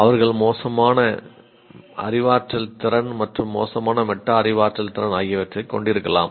அவர்கள் மோசமான அறிவாற்றல் திறன் மற்றும் மோசமான மெட்டா அறிவாற்றல் திறன் ஆகியவற்றைக் கொண்டிருக்கலாம்